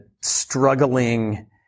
struggling